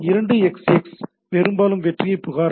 2xx பெரும்பாலும் வெற்றியைப் புகாரளிக்கிறது